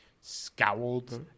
scowled